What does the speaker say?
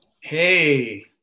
Hey